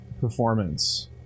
performance